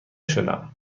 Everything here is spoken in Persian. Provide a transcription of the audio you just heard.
شدم